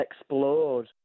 explode